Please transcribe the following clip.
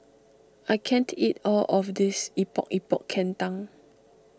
I can't eat all of this Epok Epok Kentang